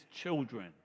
children